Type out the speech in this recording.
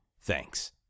Thanks